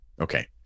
okay